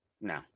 no